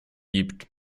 gibt